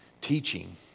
teaching